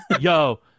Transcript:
yo